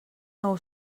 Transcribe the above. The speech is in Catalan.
nou